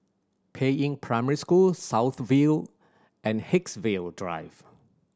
Peiying Primary School South View and Haigsville Drive